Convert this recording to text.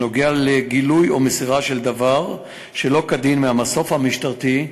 גילוי או מסירה של דבר שלא כדין מהמסוף המשטרתי,